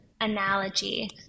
analogy